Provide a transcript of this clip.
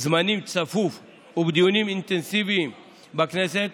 זמנים צפוף ובדיונים אינטנסיביים בכנסת